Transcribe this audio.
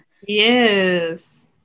yes